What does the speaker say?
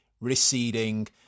receding